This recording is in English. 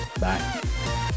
Bye